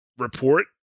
Report